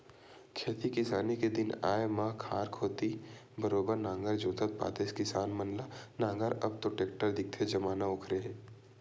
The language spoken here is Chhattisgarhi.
खेती किसानी के दिन आय म खार कोती बरोबर नांगर जोतत पातेस किसान मन ल नांगर म अब तो टेक्टर दिखथे जमाना ओखरे हे